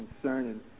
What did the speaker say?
concerning